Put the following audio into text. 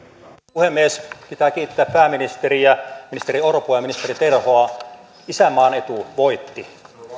puhemies pitää kiittää pääministeriä ministeri orpoa ja ministeri terhoa isänmaan etu voitti